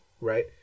right